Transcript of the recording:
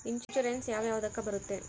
Insurance ಯಾವ ಯಾವುದಕ್ಕ ಬರುತ್ತೆ?